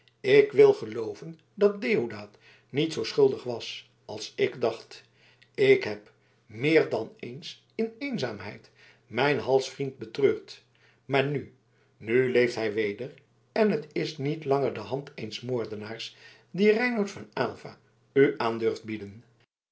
ik wil gelooven dat deodaat niet zoo schuldig was als ik dacht ik heb meer dan eens in eenzaamheid mijn halsvriend betreurd maar nu nu leeft hij weder en het is niet langer de hand eens moordenaars die reinout van aylva u aan durft bieden